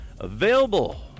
Available